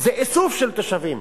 זה איסוף של תושבים